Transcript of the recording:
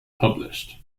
published